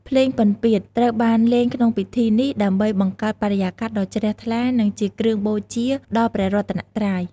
ភ្លេងពិណពាទ្យត្រូវបានលេងក្នុងពិធីនេះ ដើម្បីបង្កើតបរិយាកាសដ៏ជ្រះថ្លា និងជាគ្រឿងបូជាដល់ព្រះរតនត្រ័យ។